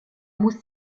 muss